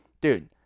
dude